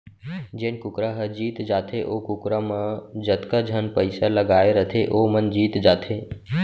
जेन कुकरा ह जीत जाथे ओ कुकरा म जतका झन पइसा लगाए रथें वो मन जीत जाथें